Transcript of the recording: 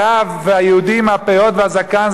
הרב היהודי עם הפאות והזקן,